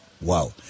Wow